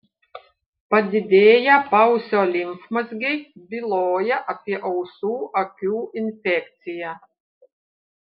padidėję paausio limfmazgiai byloja apie ausų akių infekciją